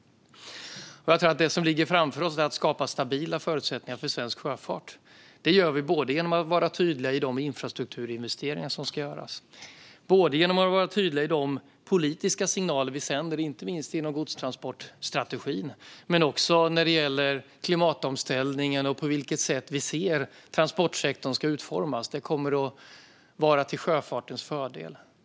Jag tror att det som ligger framför oss är att skapa stabila förutsättningar för svensk sjöfart. Det gör vi både genom att vara tydliga med de infrastrukturinvesteringar som ska göras och genom att vara tydliga i de politiska signaler vi sänder ut, inte minst genom godstransportstrategin. Men det gäller också klimatomställningen och det sätt på vilket vi ser att transportsektorn ska utformas. Det kommer att vara till sjöfartens fördel.